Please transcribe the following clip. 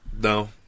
no